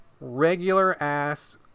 regular-ass